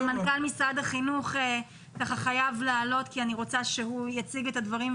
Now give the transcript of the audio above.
מנכ"ל משרד החינוך חייב לעלות כי אני רוצה שהוא יציג את הדברים,